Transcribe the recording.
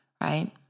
right